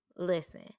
Listen